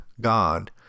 God